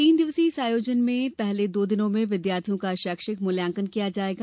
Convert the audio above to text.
तीन दिवसीय इस आयोजन में पहले दो दिनों में विद्यार्थियों का शैक्षिक मूल्यांकन किया जायेगा